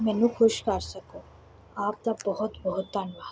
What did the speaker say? ਮੈਨੂੰ ਖੁਸ਼ ਕਰ ਸਕੋ ਆਪ ਦਾ ਬਹੁਤ ਬਹੁਤ ਧੰਨਵਾਦ